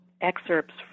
excerpts